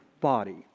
body